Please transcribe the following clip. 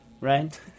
right